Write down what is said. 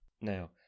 Now